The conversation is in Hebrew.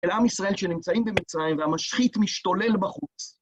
של עם ישראל שנמצאים במצרים והמשחית משתולל בחוץ.